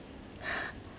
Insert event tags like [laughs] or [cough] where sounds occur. [laughs]